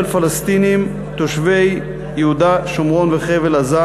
פלסטינים תושבי יהודה שומרון וחבל-עזה,